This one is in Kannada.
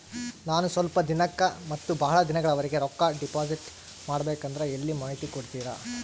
ನಾನು ಸ್ವಲ್ಪ ದಿನಕ್ಕ ಮತ್ತ ಬಹಳ ದಿನಗಳವರೆಗೆ ರೊಕ್ಕ ಡಿಪಾಸಿಟ್ ಮಾಡಬೇಕಂದ್ರ ಎಲ್ಲಿ ಮಾಹಿತಿ ಕೊಡ್ತೇರಾ?